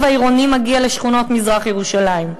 העירוני מגיע לשכונות מזרח-ירושלים?